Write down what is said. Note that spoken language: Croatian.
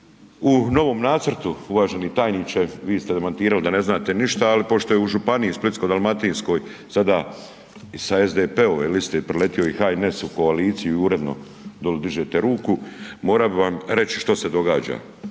u novom nacrtu uvaženi tajniče vi ste demantirali da ne znate ništa, ali pošto je u Županiji splitsko-dalmatinskoj sada sa SDP-ove liste preletio i HNS u koaliciju i uredno dolje dižete ruku, morao bi vam reći što se događa